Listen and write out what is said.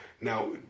Now